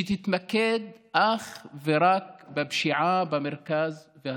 שתתמקד אך ורק בפשיעה במרכז והצפון,